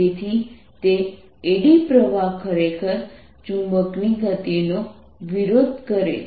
તેથી તે એડી પ્રવાહ ખરેખર ચુંબકની ગતિનો વિરોધ કરે છે